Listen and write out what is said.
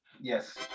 yes